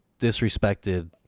disrespected –